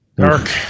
Dark